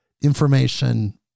information